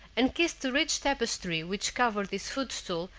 and kissed the rich tapestry which covered his footstool,